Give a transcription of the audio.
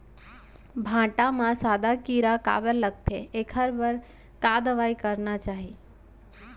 भांटा म सादा कीरा काबर लगथे एखर बर का दवई करना चाही?